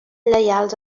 lleials